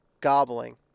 gobbling